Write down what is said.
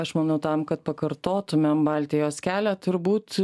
aš manau tam kad pakartotumėm baltijos kelią turbūt